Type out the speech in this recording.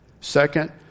Second